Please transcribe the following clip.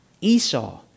Esau